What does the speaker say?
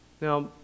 Now